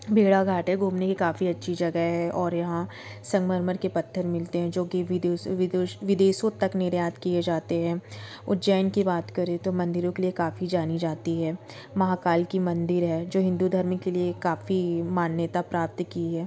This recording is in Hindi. भेड़ाघाट है घूमने की काफ़ी अच्छी जगह है और यहाँ संगमरमर के पत्थर मिलते हैं जो कि विदेश विदेश विदेशों तक निर्यात किये जाते हैं उज्जैन की बात करें तो मंदिरों के लिए काफ़ी जानी जाती है महाकाल की मंदिर है जो हिन्दू धर्म के लिए काफ़ी मान्यता प्राप्त की है